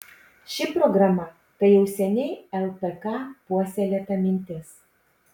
ši programa tai jau seniai lpk puoselėta mintis